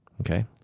Okay